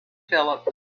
phillip